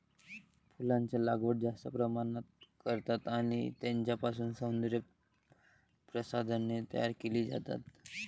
फुलांचा लागवड जास्त प्रमाणात करतात आणि त्यांच्यापासून सौंदर्य प्रसाधने तयार केली जातात